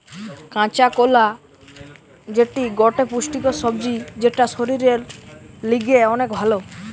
কাঁচা কোলা যেটি গটে পুষ্টিকর সবজি যেটা শরীরের লিগে অনেক ভাল